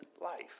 life